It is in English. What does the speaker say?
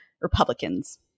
Republicans